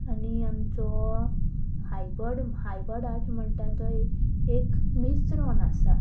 आनी आमचो hybrid hybrid आठ म्हणटा तो एक मिस्रन आसा